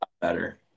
better